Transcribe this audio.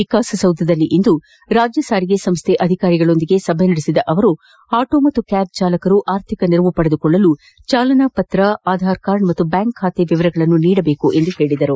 ವಿಕಾಸಸೌಧದಲ್ಲಿಂದು ರಾಜ್ಯ ಸಾರಿಗೆ ಸಂಸ್ಥೆ ಅಧಿಕಾರಿಗಳೊಂದಿಗೆ ಸಭೆ ನಡೆಸಿದ ಅವರು ಆಟೋ ಮತ್ತು ಕ್ಯಾಬ್ ಜಾಲಕರು ಅರ್ಥಿಕ ನೆರವು ಪಡೆದುಕೊಳ್ಳಲು ಜಾಲನಾ ಪತ್ರ ಆಧಾರ್ ಕಾರ್ಡ್ ಮತ್ತು ಬ್ಯಾಂಕ್ ಖಾತೆ ವಿವರಗಳನ್ನು ನೀಡಬೇಕು ಎಂದು ಹೇಳಿದರು